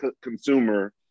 consumer